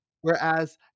Whereas